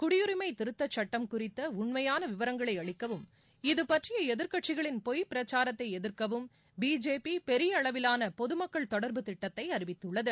குடியுரிமை திருத்தச் சுட்டம் குறித்த உண்மையான விவரங்களை அளிக்கவும் இது பற்றிய எதிர்க்கட்சிகளின் பொய் பிரச்சாரத்தை எதிர்க்கவும் பிஜேபி பெரிய அளவிலான பொதுமக்கள் தொடர்பு திட்டத்தை அறிவித்துள்ளது